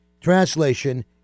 translation